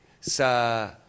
sa